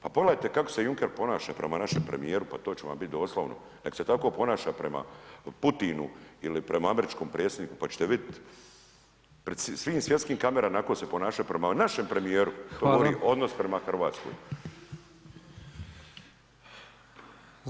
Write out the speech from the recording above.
Pa pogledajte kako se Juncker ponaša prema našem premijeru, pa to će vam biti doslovno, neka se tako ponaša prema Putinu ili prema američkom predsjedniku pa ćete vidjeti pred svim svjetskim kamerama, onako se ponaša prema našem premijeru, to govori odnos prema Hrvatskoj.